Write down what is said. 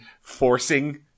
forcing